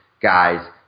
guys